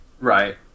Right